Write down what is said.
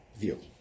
view